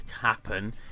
happen